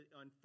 on